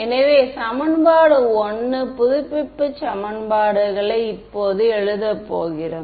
எனவே சமன்பாடு 1 புதுப்பிப்பு சமன்பாடுகளை இப்போது எழுதப் போகிறோம்